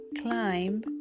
Climb